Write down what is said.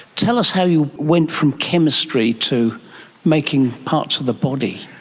tell us how you went from chemistry to making parts of the body.